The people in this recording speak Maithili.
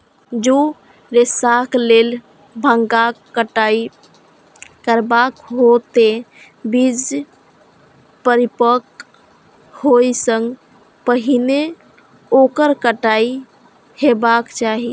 जौं रेशाक लेल भांगक कटाइ करबाक हो, ते बीज परिपक्व होइ सं पहिने ओकर कटाइ हेबाक चाही